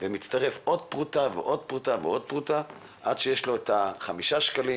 ומצטרפת עוד פרוטה ועוד פרוטה ועוד פרוטה עד שיש להם את חמישה השקלים,